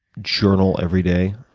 journal every day?